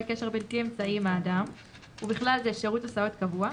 קשר בלתי אמצעי עם האדם ובכלל זה שירות הסעות קבוע,